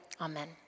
Amen